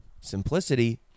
simplicity